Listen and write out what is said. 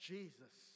Jesus